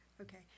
Okay